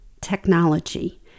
Technology